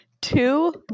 two